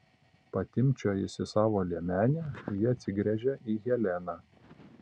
patimpčiojusi savo liemenę ji atsigręžia į heleną